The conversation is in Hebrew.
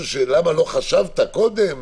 בעייתי.